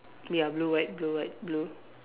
ya blue white blue white blue